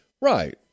Right